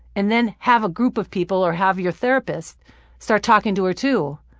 and then have a group of people or have your therapist start talking to her, too.